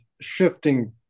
shifting